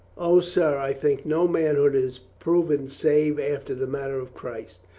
o, sir, i think no manhood is proven save after the manner of christ,